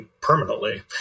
permanently